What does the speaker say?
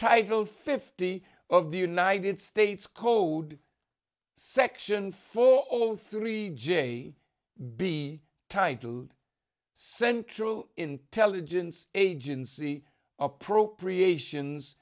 title fifty of the united states code section for all three j b titled central intelligence agency appropriations